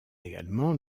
également